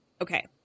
Okay